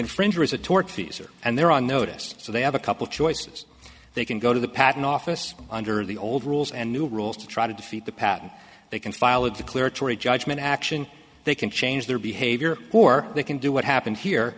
infringer is a tortfeasor and they're on notice so they have a couple choices they can go to the patent office under the old rules and new rules to try to defeat the patent they can file a declaratory judgment action they can change their behavior or they can do what happened here